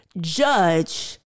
judge